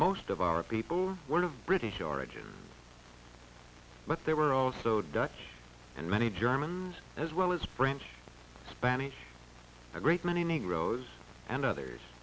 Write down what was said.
most of our people one of british origin but there were also dutch and many germans as well as french spanish a great many negroes and others